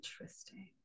Interesting